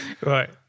right